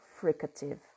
fricative